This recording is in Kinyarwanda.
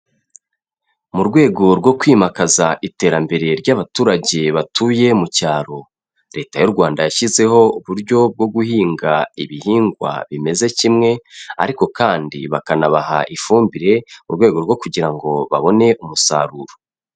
Mu rwego rwo kwimakaza iterambere ry'abaturage batuye mu cyaro, Leta y'u Rwanda yashyizeho uburyo bwo guhinga ibihingwa bimeze kimwe, ariko kandi bakanabaha ifumbire mu rwego rwo kugira ngo babone umusaruro.